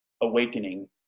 awakening